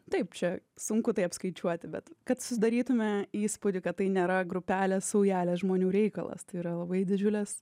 taip čia sunku tai apskaičiuoti bet kad susidarytume įspūdį kad tai nėra grupelės saujelės žmonių reikalas tai yra labai didžiulės